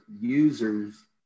users